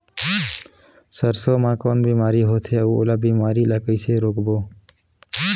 सरसो मा कौन बीमारी होथे अउ ओला बीमारी ला कइसे रोकबो?